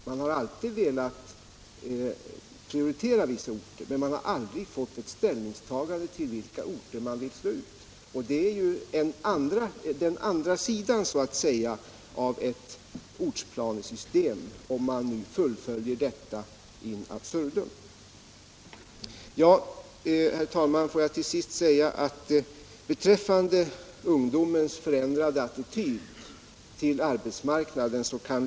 Man har alltid velat prioritera vissa orter, men vi har aldrig fått ett ställningstagande till vilka orter man vill slå ut, och det är ju så att säga den andra sida av ett ortsplanesystem, om man fullföljer det in absurdum. Herr talman! Vi kan naturligtvis länge diskutera frågan om ungdomens förändrade attityd till arbetsmarknaden.